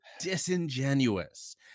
disingenuous